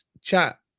chat